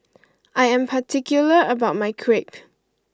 I am particular about my Crepe